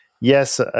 Yes